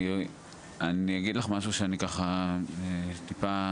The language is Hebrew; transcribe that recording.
אגיד לך משהו שאני ככה טיפה...